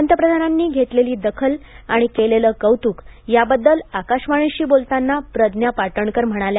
पंतप्रधानांनी घेतलेली दाखल आणि केलेलं कौतुक याबद्दल आकाशवाणीशी बोलताना प्रज्ञा पाटणकर म्हणाल्या